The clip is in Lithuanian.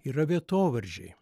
yra vietovardžiai